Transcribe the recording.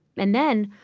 and then,